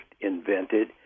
invented